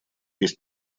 есть